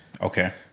Okay